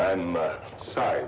i'm sorry